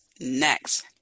Next